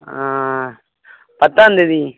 பத்தாம்தேதி